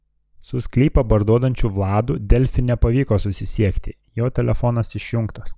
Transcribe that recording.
su sklypą parduodančiu vladu delfi nepavyko susisiekti jo telefonas išjungtas